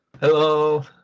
hello